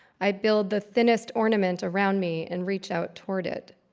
i build the thinnest ornament around me and reach out toward it.